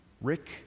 Rick